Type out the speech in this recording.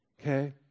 Okay